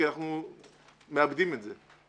כי אנחנו מאבדים את זה.